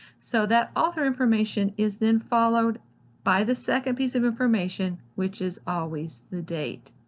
so that author information is then followed by the second piece of information which is always the date.